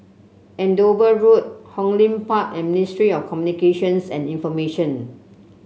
Andover Road Hong Lim Park and Ministry of Communications and Information